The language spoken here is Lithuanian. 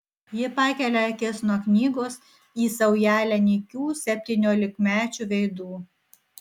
ji pakelia akis nuo knygos į saujelę nykių septyniolikmečių veidų